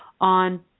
on